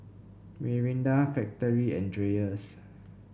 Mirinda Factorie and Dreyers